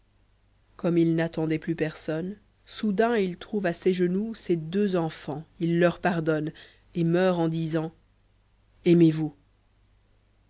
comme il n'attendait plus personne soudain il trouve à ses genoux ses deux enfants il leur pardonne et meurt en disant aimez-vous